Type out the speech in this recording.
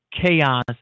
chaos